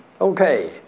okay